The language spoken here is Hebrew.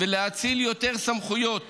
ולהאציל יותר סמכויות